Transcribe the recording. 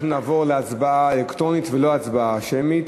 אנחנו נעבור להצבעה אלקטרונית ולא להצבעה שמית.